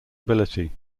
ability